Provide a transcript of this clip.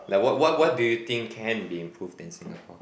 then what what what do you think can be improved in Singapore